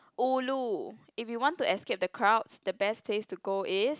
ulu if you want to escape the crowds the best place to go is